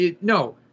No